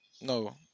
No